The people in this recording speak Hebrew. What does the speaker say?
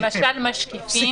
למשל משקיפים.